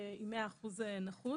אני עם מאה אחוז נכות.